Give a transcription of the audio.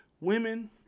women